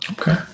Okay